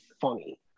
funny